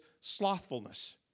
slothfulness